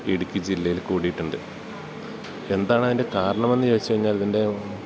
ഇടുക്കി ജില്ലയിൽ കൂടിയിട്ടുണ്ട് എന്താണ് ഇതിൻ്റെ കാരണം എന്ന് ചോദിച്ചു കഴിഞ്ഞാൽ ഇതിൻ്റെ